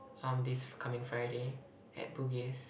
um this coming Friday at Bugis